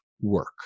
work